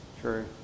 True